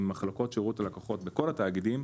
עם מחלקות שירות הלקוחות בכל התאגידים,